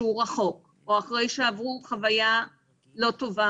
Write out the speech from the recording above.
שהוא רחוק או אחרי שעברו חוויה לא טובה